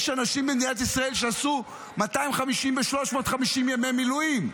יש אנשים במדינת ישראל שעשו 250 ו-350 ימי מילואים.